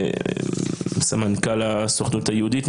סמנכ"ל הסוכנות היהודית,